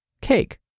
cake